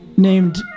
named